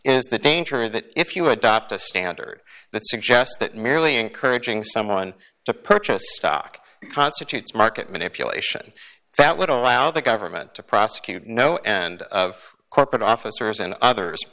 is the danger that if you adopt a standard that suggests that merely encouraging someone to purchase stock constitutes market manipulation that would allow the government to prosecute no end of corporate officers and others